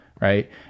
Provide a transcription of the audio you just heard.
right